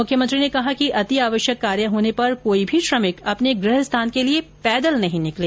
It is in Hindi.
मुख्यमंत्री ने कहा कि अत्यावश्यक कार्य होने पर कोई भी श्रमिक अपने गृह स्थान के लिए पैदल नहीं निकले